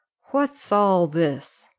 what's all this?